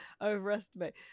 overestimate